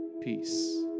peace